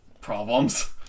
problems